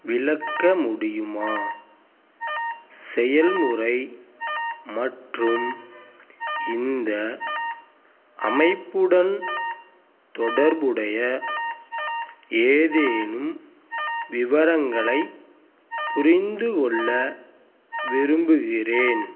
விளக்க முடியுமா செயல்முறை மற்றும் இந்த அமைப்புடன் தொடர்புடைய ஏதேனும் விவரங்களைப் புரிந்துகொள்ள விரும்புகிறேன்